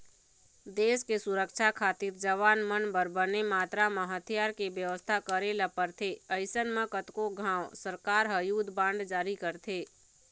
देस के सुरक्छा खातिर जवान मन बर बने मातरा म हथियार के बेवस्था करे ल परथे अइसन म कतको घांव सरकार ह युद्ध बांड जारी करथे